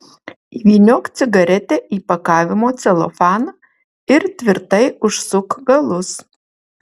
įvyniok cigaretę į pakavimo celofaną ir tvirtai užsuk galus